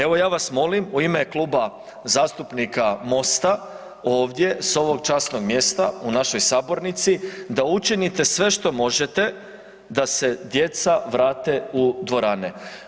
Evo, ja vas molim u ime Kluba zastupnika Mosta ovdje s ovog časnog mjesta u našoj sabornici da učinite sve što možete da se djeca vrate u dvorane.